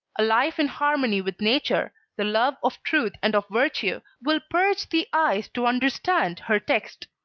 a life in harmony with nature, the love of truth and of virtue, will purge the eyes to understand her text.